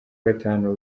gatanu